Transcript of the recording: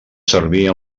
servir